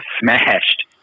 smashed